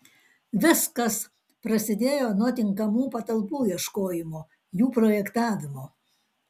viskas prasidėjo nuo tinkamų patalpų ieškojimo jų projektavimo